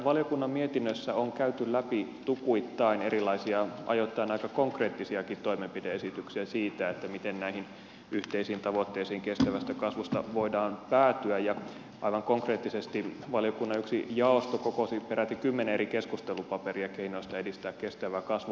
tässä valiokunnan mietinnössä on käyty läpi tukuittain erilaisia ajoittain aika konkreettisiakin toimenpide esityksiä siitä miten näihin yhteisiin tavoitteisiin kestävästä kasvusta voidaan päätyä ja aivan konkreettisesti valiokunnan yksi jaosto kokosi peräti kymmenen eri keskustelupaperia keinoista edistää kestävää kasvua